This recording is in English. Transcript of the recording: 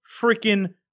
freaking